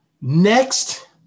Next